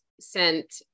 sent